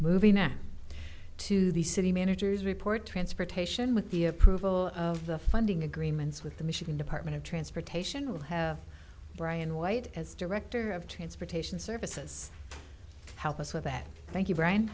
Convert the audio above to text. moving now to the city managers report transportation with the approval of the funding agreements with the michigan department of transportation will have ryan white as director of transportation services help us with that thank you brian